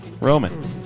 Roman